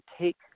take